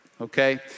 Okay